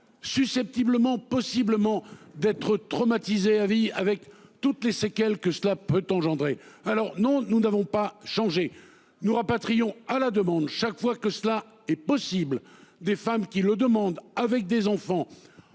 ment susceptible ment possiblement d'être traumatisée à vie avec toutes les séquelles que cela peut engendrer. Alors non, nous n'avons pas changé nous rapatriant à la demande, chaque fois que cela est possible. Des femmes qui le demande, avec des enfants.